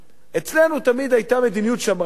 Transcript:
אצלנו תמיד היתה מדיניות שמרנית יותר,